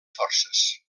forces